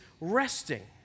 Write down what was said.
resting